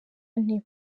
ane